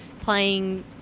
playing